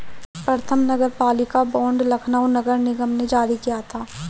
प्रथम नगरपालिका बॉन्ड लखनऊ नगर निगम ने जारी किया था